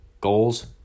goals